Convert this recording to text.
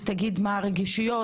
תגיד מה הרגישויות,